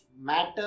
matter